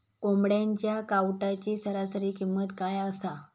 कोंबड्यांच्या कावटाची सरासरी किंमत काय असा?